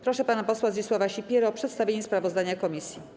Proszę pana posła Zdzisława Sipierę o przedstawienie sprawozdania komisji.